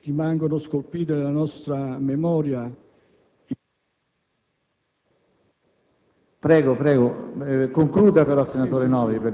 che rimangono scolpite nella nostra memoria